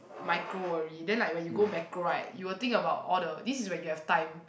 micro worry then like when you go macro right you will think about all the this is when you have time